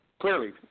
clearly